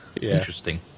Interesting